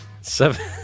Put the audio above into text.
Seven